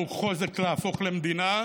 אבל הערכים של מדינת ישראל ימשיכו להמריא מעלה